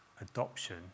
adoption